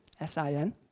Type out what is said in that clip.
S-I-N